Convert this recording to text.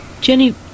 Jenny